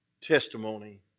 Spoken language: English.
testimony